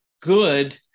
good